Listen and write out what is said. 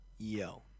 Yo